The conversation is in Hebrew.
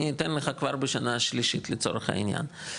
אני אתן לך כבר בשנה השלישית לצורך העניין,